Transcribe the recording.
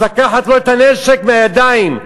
אז לקחת לו את הנשק מהידיים.